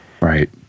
Right